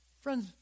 Friends